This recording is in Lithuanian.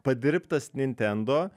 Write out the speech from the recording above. padirbtas nintendo